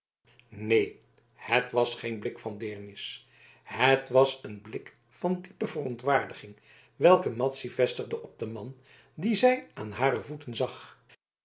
neen het was geen blik van deernis het was een blik van diepe verontwaardiging welken madzy vestigde op den man dien zij aan hare voeten zag